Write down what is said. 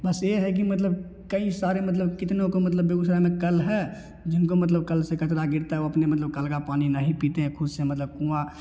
plus यह है कि मतलब कई सारे मतलब कितनों को मतलब बेगुसराय में कल है जिनको मतलब कल से कचरा गिरता है वह अपने मतलब कल का पानी नहीं पीते हैं ख़ुद से मतलब कुआँ